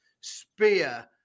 Spear